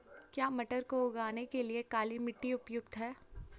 क्या मटर को उगाने के लिए काली मिट्टी उपयुक्त है?